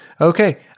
okay